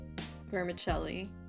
vermicelli